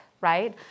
right